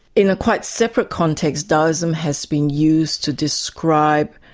in a quite separate context, daoism has been used to describe